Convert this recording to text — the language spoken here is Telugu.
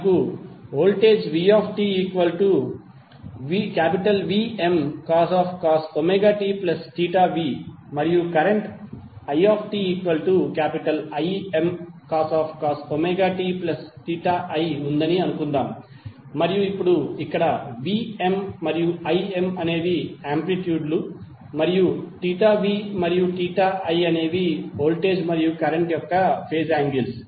మనకు వోల్టేజ్ vtVmcos tv మరియు కరెంట్ itImcos ti ఉందని అనుకుందాం మరియు ఇప్పుడు ఇక్కడ Vm మరియు Im అనేవి ఆంప్లిట్యూడ్ లు మరియు v మరియు i అనేవి వోల్టేజ్ మరియు కరెంట్ యొక్క ఫేజ్ యాంగిల్స్